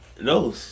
No